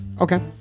Okay